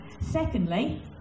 Secondly